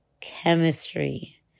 chemistry